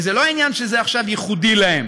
וזה לא עניין שעכשיו הוא ייחודי להם,